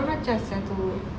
kurang ajar sia tu